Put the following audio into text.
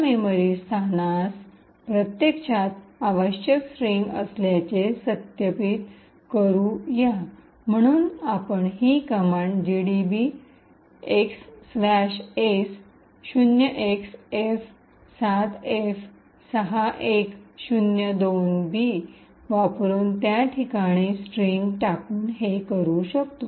memory स्थानास प्रत्यक्षात आवश्यक स्ट्रिंग असल्याचे सत्यापित करू या म्हणून आपण ही command gdb x s 0XF7F6102B वापरुन त्या ठिकाणी स्ट्रिंग टाकून हे करू शकतो